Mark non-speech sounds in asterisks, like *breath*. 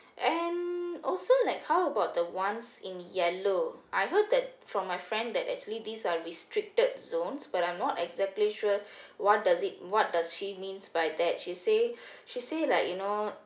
and also like how about the ones in yellow I heard that from my friend that actually these are restricted zones but I'm not exactly sure *breath* what does it what does she means by that she say she say like you know